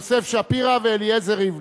יוסף שפירא ואליעזר ריבלין.